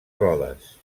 rodes